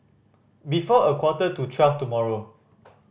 before a quarter to twelve tomorrow